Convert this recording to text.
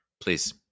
Please